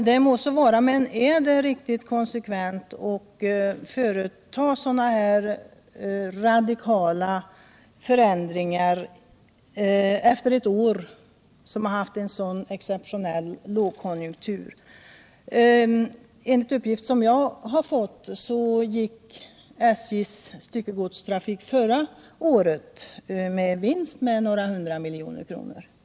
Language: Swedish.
Det må så vara, men är det riktigt konsekvent att företa så radikala förändringar efter ett år med en så exceptionellt stark lågkonjunktur? Enligt erhållna uppgifter gick i stället SJ:s styckegodstrafik förra året med en vinst av några hundra miljoner kronor.